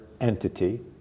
entity